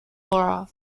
laura